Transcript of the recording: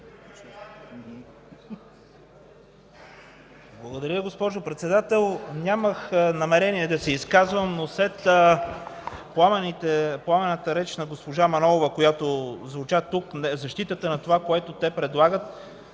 Благодаря, госпожо Председател. Нямах намерение да се изказвам, но след пламенната реч на госпожа Манолова, която звуча тук, защитата на това, което те предлагат,